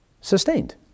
Sustained